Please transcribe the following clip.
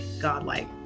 godlike